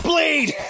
Bleed